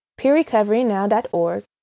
peerrecoverynow.org